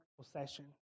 possession